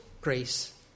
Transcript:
grace